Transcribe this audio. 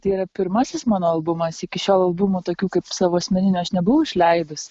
tai yra pirmasis mano albumas iki šiol albumų tokių kaip savo asmeninių aš nebuvau išleidus